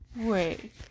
Wait